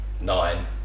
nine